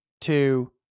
two